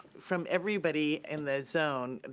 from everybody in the zone,